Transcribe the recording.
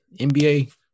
NBA